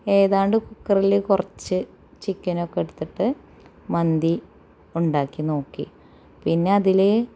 ഏതാണ്ട് കുക്കറില് കുറച്ച് ചിക്കനൊക്കെ എടുത്തിട്ട് മന്തി ഉണ്ടാക്കി നോക്കി പിന്നതില്